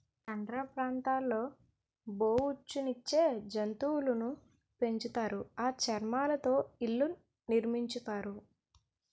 tundra ప్రాంతాల్లో బొఉచ్చు నిచ్చే జంతువులును పెంచుతారు ఆ చర్మాలతో ఇళ్లు నిర్మించుతారు